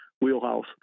wheelhouse